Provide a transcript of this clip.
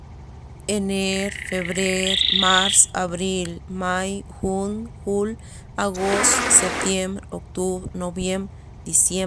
Ener febrer mars abril may jun jul agost septiem octubr noviem diciem